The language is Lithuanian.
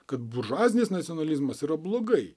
kad buržuazinis nacionalizmas yra blogai